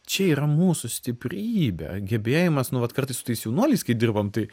čia yra mūsų stiprybė gebėjimas nu vat kartais su tais jaunuoliais kai dirbam tai